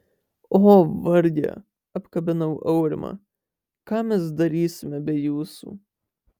o varge apkabinau aurimą ką mes darysime be jūsų